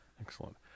excellent